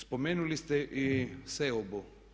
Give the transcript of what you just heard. Spomenuli ste i seobu.